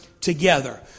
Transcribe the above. together